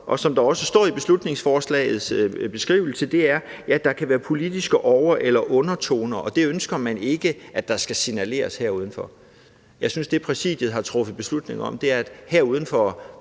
og som der også står i beslutningsforslagets beskrivelse – er, at der kan være politiske over- eller undertoner, og det ønsker man ikke at der skal signaleres om herudenfor. Jeg mener, at det, Præsidiet har truffet beslutning om, er, at der her